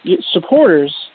supporters